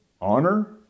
honor